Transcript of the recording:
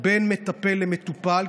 בין מטפל למטופל,